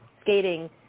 skating